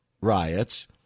riots